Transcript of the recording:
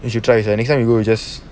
you should try also anytime you go you just